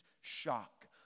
shock